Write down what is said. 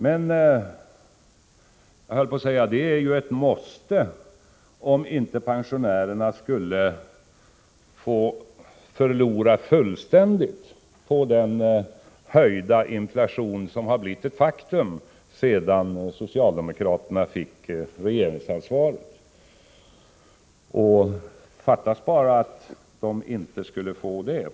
Men det är ju ett måste, om inte pensionärerna skall förlora fullständigt på den höjda inflation som blivit ett faktum sedan socialdemokraterna fick regeringsansvaret. Det fattas bara att pensionärerna inte skulle få dessa 2 000 kr.